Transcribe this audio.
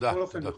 בכל אופן,